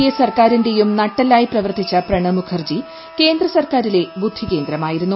A സർക്കാരിന്റെയും നട്ടെല്ലായി പ്രവർത്തിച്ച പ്രണബ് മുഖർജി കേന്ദ്രസർക്കാരിലെ ബുദ്ധികേന്ദ്രമായിരുന്നു